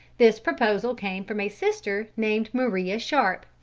this proposal came from a sister named maria sharp,